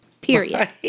period